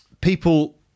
People